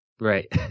right